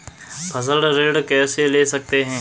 फसल ऋण कैसे ले सकते हैं?